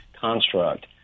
construct